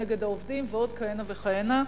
"נגד העובדים" ועוד כהנה וכהנה,